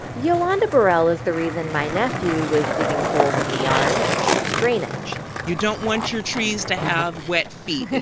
yolanda burrell is the reason my nephew was digging holes in the yard to test drainage you don't want your trees to have wet feet.